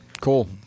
Cool